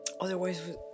Otherwise